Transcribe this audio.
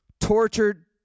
tortured